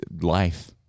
life